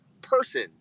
person